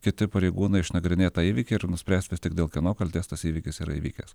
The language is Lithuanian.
kiti pareigūnai išnagrinėtą įvykį ir nuspręs vis tik dėl kieno kaltės tas įvykis yra įvykęs